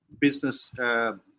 business